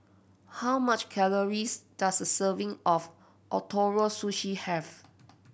how much calories does a serving of Ootoro Sushi have